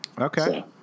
Okay